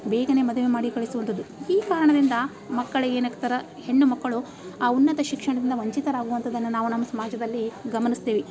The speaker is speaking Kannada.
ಬೇಗನೇ ಮದುವೆ ಮಾಡಿ ಕಳಿಸುವಂಥದ್ದು ಈ ಕಾರಣದಿಂದ ಮಕ್ಕಳಿಗೆ ಏನು ಆಗ್ತಾರೆ ಹೆಣ್ಣು ಮಕ್ಕಳು ಆ ಉನ್ನತ ಶಿಕ್ಷಣದಿಂದ ವಂಚಿತರಾಗುವಂಥದ್ದನ್ನು ನಾವು ನಮ್ಮ ಸಮಾಜದಲ್ಲಿ ಗಮನಿಸ್ತೀವಿ